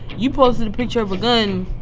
you posted a picture of a gun,